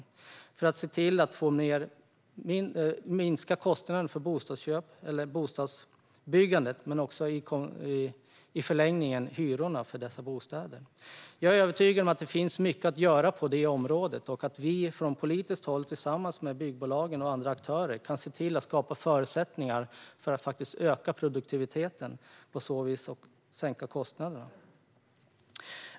Det handlar om att se till att minska kostnaden för bostadsbyggandet och i förlängningen också hyrorna för dessa bostäder. Jag är övertygad om att det finns mycket att göra på det området och att vi från politiskt håll tillsammans med byggbolagen och andra aktörer kan se till att skapa förutsättningar för att faktiskt öka produktiviteten och på så vis sänka kostnaderna.